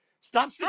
Stop